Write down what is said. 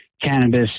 cannabis